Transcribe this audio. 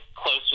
close